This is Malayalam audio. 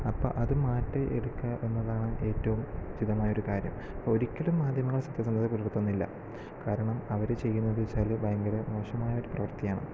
അപ്പം അത് മാറ്റി എടുക്കുക എന്നതാണ് ഏറ്റവും ഉചിതമായ ഒരു കാര്യം അപ്പോൾ ഒരിക്കലും മാധ്യമങ്ങള് സത്യസന്ധത പുലർത്തുന്നില്ല കാരണം അവര് ചെയ്യുന്നത് വെച്ചാല് ഭയങ്കര മോശമായ ഒരു പ്രവർത്തിയാണ്